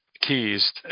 keys